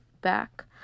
back